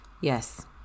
Yes